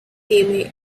amy